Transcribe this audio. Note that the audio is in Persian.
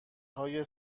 های